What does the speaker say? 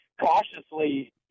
cautiously